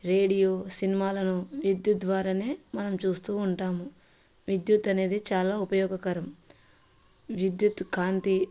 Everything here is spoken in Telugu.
రేడియో సినిమాలను విద్యుత్ ద్వారానే మనం చూస్తూ ఉంటాము విద్యుత్ అనేది చాలా ఉపయోగకరం విద్యుత్ కాంతి